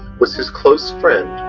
was his close friend,